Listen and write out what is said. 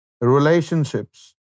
relationships